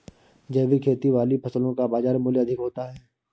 जैविक खेती वाली फसलों का बाज़ार मूल्य अधिक होता है